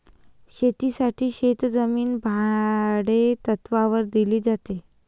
शेतीसाठी शेतजमीन भाडेतत्त्वावर दिली जाते